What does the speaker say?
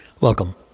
Welcome